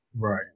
Right